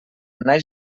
naix